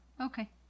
Okay